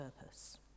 purpose